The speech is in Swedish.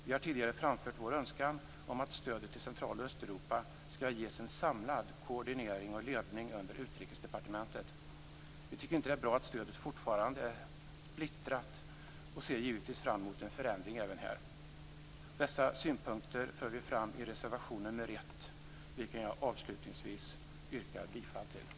Vi har tidigare framfört vår önskan om att stödet till Central och Östeuropa skall ges en samlad koordinering och ledning under Utrikesdepartementet. Vi tycker inte att det är bra att stödet fortfarande är splittrat. Vi ser givetvis fram mot en förändring även här. Dessa synpunkter för vi fram i reservation nr 1, vilken jag avslutningsvis yrkar bifall till.